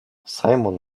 simon